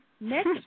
Next